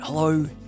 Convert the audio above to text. Hello